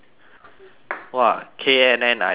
!wah! K_N_N I die sia